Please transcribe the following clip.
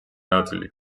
ნაწილი